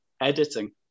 editing